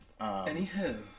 Anywho